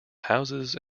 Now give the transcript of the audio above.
houses